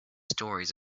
stories